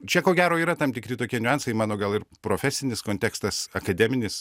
čia ko gero yra tam tikri tokie niuansai man o gal ir profesinis kontekstas akademinis